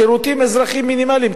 שירותים אזרחיים מינימליים.